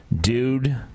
Dude